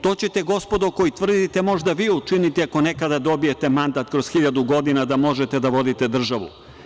To ćete, gospodo,, koji tvrdite možda vi učiniti ako nekada dobijete mandat, kroz hiljadu godina, da možete da vodite državu.